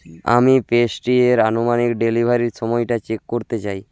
আমি পেস্ট্রয়ের আনুমানিক ডেলিভারির সময়টা চেক করতে চাই